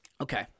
Okay